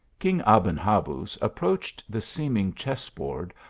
king aben-habuz approached the seeming chess board,